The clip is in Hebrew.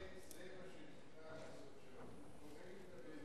זה מה שנקרא לעשות שלום, הוא קורא לי לדבר אתי,